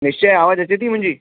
निश्चय आवाज़ु अचे थी मुंहिंजी